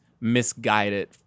misguided